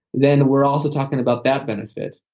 then we're also talking about that benefit.